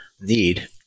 need